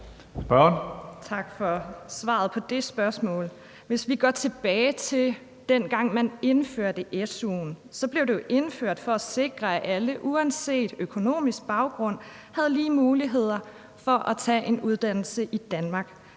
Tak for svaret på det spørgsmål. Hvis vi går tilbage til dengang, hvor man indførte su'en, så blev den jo indført for at sikre, at alle uanset økonomisk baggrund havde lige muligheder for at tage en uddannelse i Danmark.